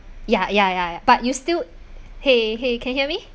ya ya ya ya but you still !hey! !hey! can hear me